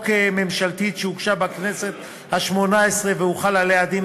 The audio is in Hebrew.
ממשלתית שהוגשה בכנסת השמונה-עשרה והוחל עליה דין